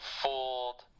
fooled